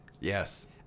Yes